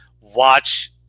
watch –